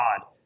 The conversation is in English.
God